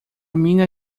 mina